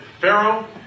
Pharaoh